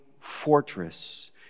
fortress